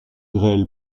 grêle